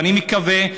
ואני מקווה,